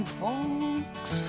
folks